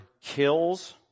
kills